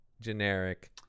generic